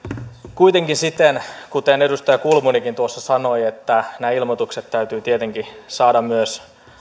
kuitenkin siten kuten edustaja kulmunikin tuossa sanoi että nämä ilmoitukset täytyy tietenkin saada